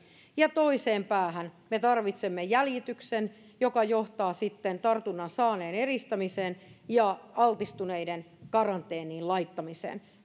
ja toiseen päähän me tarvitsemme jäljityksen joka johtaa sitten tartunnan saaneen eristämiseen ja altistuneiden karanteeniin laittamiseen